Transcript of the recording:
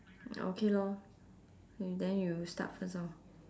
okay lor then you start first orh